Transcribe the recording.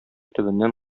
төбеннән